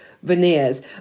veneers